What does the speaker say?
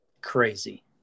Crazy